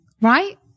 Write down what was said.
right